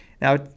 Now